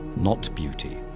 not beauty,